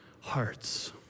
hearts